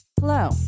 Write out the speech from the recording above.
Hello